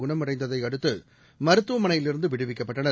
குணமடைந்ததை அடுத்து மருத்துவமனையில் இருந்து விடுவிக்கப்பட்டனர்